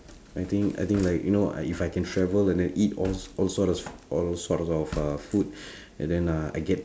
I think I think like you know I if I can travel and then eat all sorts of all sorts of uh food and then uh I get paid